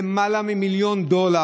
של למעלה ממיליון דולר.